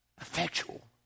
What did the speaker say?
Effectual